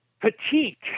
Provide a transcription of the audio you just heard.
petite